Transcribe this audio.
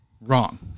Wrong